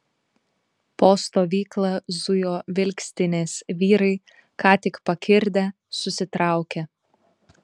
po stovyklą zujo vilkstinės vyrai ką tik pakirdę susitraukę